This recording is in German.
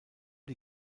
die